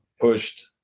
pushed